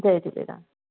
Jay Jhulelal